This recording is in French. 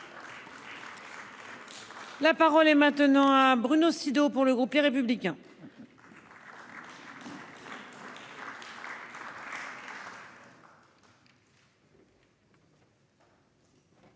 La parole est maintenant à Bruno Sido pour le groupe Les Républicains.